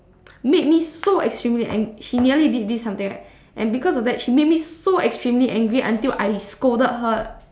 made me so extremely an~ she nearly did this something right and because of that she made me so extremely angry until I scolded her